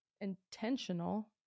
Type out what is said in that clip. Intentional